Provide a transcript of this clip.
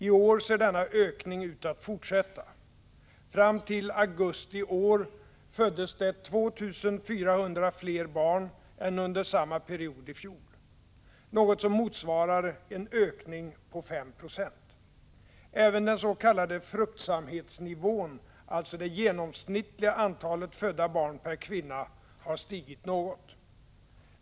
I år ser denna ökning ut att fortsätta. Fram till augusti i år föddes det 2 400 fler barn än under samma period i fjol, något som motsvarar en ökning på 5 Zo. Även den s.k. fruktsamhetsnivån, alltså det genomsnittliga antalet födda barn per 63 kvinna, har stigit något.